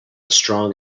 strong